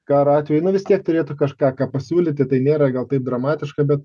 karo atveju na vis tiek turėtų kažką ką pasiūlyti tai nėra gal taip dramatiška bet